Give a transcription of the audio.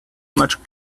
much